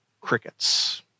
crickets